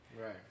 Right